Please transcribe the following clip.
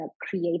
create